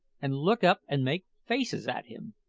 and look up and make faces at him.